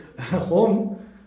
home